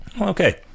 Okay